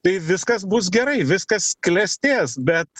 tai viskas bus gerai viskas klestės bet